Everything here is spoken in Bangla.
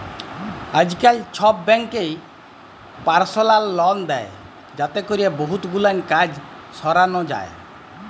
আইজকাল ছব ব্যাংকই পারসলাল লল দেই যাতে ক্যরে বহুত গুলান কাজ সরানো যায়